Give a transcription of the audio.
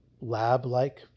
lab-like